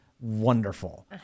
Wonderful